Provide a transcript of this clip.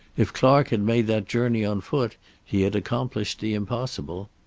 if clark had made that journey on foot he had accomplished the impossible.